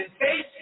face